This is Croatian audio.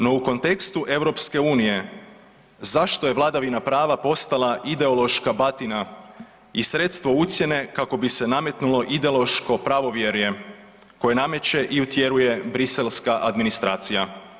No u kontekstu EU zašto je vladavina prava postala ideološka batina i sredstvo ucjene kako bi se nametnulo ideološko pravovjerje koje nameće i utjeruje briselska administracija.